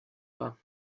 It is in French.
pas